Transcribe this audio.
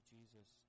Jesus